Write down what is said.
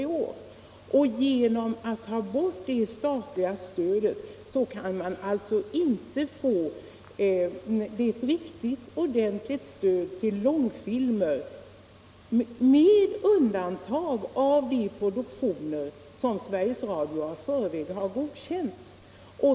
Tar man bort detta statliga stöd, kan man inte få ett riktigt ordentligt stöd till långfilmerna med undantag av de produktioner som Sveriges Radio i förväg har godkänt.